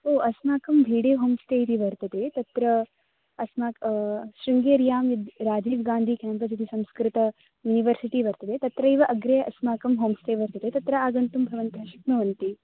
ओ अस्माकं भीढे होम्स्टे इति वर्तते तत्र अस्माकं शृङ्गेर्यां विद् राजीव् गान्धिः काम्पस् इति संस्कृत युनिवर्सिटि वर्तते तत्रैव अग्रे अस्माकं होम्स्टे वर्तते तत्र आगन्तुं भवन्तः शक्नुवन्ति